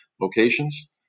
locations